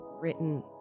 written